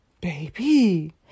baby